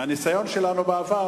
מהניסיון שלנו בעבר,